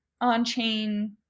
on-chain